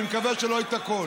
אני מקווה שלא את הכול.